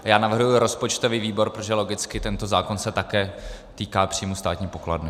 Já navrhuji rozpočtový výbor, protože logicky tento zákon se také týká příjmů státní pokladny.